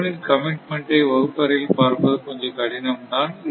unit commitment ஐ வகுப்பறையில் பார்ப்பது கொஞ்சம் கடினம் தான்